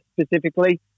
specifically